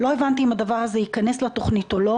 לא הבנתי אם הדבר הזה ייכנס לתוכנית או לא.